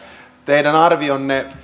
teidän arvionne